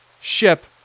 ship